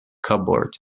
cupboard